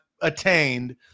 attained